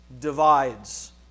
divides